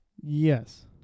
Yes